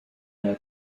her